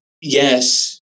yes